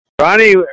Ronnie